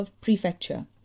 prefecture